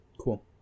Cool